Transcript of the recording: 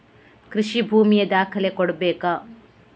ಕೃಷಿ ಭೂಮಿಯ ದಾಖಲೆ ಕೊಡ್ಬೇಕಾ?